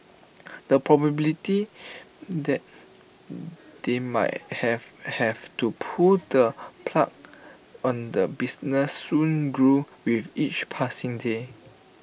the probability that they might have have to pull the plug on the business soon grew with each passing day